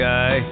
Guy